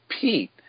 Pete